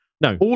No